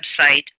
website